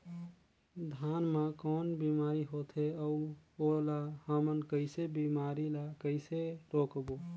धान मा कौन बीमारी होथे अउ ओला हमन कइसे बीमारी ला कइसे रोकबो?